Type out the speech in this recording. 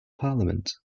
parliament